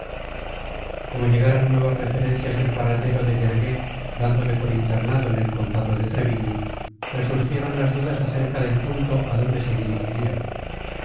como llegaran nuevas referencias del paradero de guergué dándole por internado en el condado de treviño resurgieron las dudas acerca del punto adonde se dirigirían